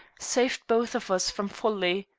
saved both of us from folly.